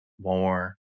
more